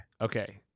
Okay